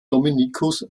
dominikus